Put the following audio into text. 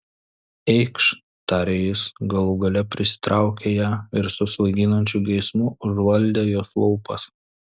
eikš tarė jis galų gale prisitraukė ją ir su svaiginančiu geismu užvaldė jos lūpas